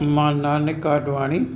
मां नानिकि आॾवाणी